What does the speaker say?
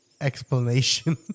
explanation